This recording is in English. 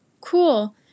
Cool